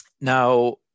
Now